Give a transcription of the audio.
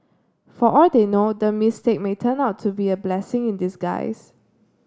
for all they know the mistake may turn out to be a blessing in disguise